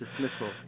dismissal